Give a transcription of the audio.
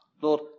Lord